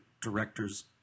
directors